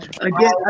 again